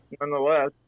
nonetheless